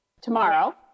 Tomorrow